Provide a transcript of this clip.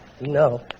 No